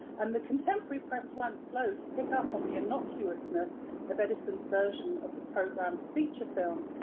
and the contemporary press weren't slow to pick up on the innocuousness of edison's version of the programme's feature film,